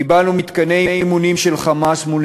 קיבלנו מתקני אימונים של "חמאס" מול